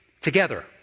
together